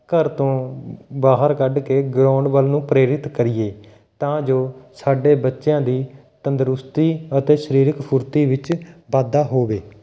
ਘਰ ਤੋਂ ਬਾਹਰ ਕੱਢ ਕੇ ਗਰਾਊਂਡ ਵੱਲ ਨੂੰ ਪ੍ਰੇਰਿਤ ਕਰੀਏ ਤਾਂ ਜੋ ਸਾਡੇ ਬੱਚਿਆਂ ਦੀ ਤੰਦਰੁਸਤੀ ਅਤੇ ਸਰੀਰਕ ਫੁਰਤੀ ਵਿੱਚ ਵਾਧਾ ਹੋਵੇ